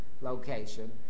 location